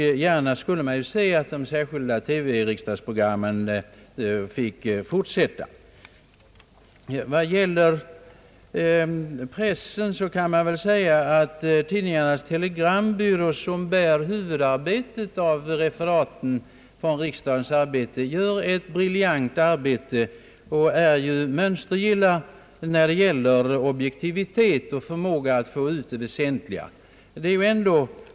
Gärna skulle man se att de särskilda TV-riksdagsprogrammen fick fortsätta. När det gäller bevakningen från pres: sens sida skulle jag vilja säga att Tidningarnas Telegrambyrå, som utför huvudarbetet beträffande referaten från riksdagens arbete, gör ett briljant arbete och är mönstergill när det gäller objektivitet och förmåga att få ut det väsentliga.